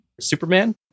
superman